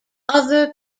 other